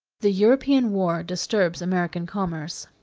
the european war disturbs american commerce.